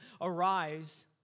Arise